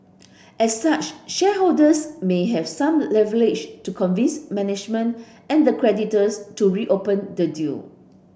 as such shareholders may have some leverage to convince management and the creditors to reopen the deal